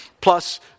plus